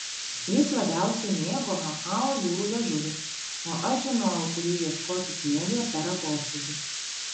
jis labiausiai mėgo makao jūrų liežuvį o aš žinojau kur jų ieškoti smėlyje per atoslūgį